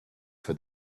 for